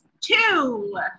Two